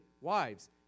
Wives